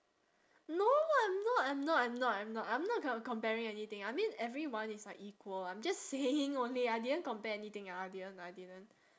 no I'm not I'm not I'm not I'm not I'm not com~ comparing anything I mean everyone is like equal I'm just saying only I didn't compare anything ah I didn't I didn't